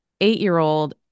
eight-year-old